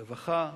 רווחה,